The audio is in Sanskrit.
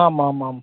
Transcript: आमामां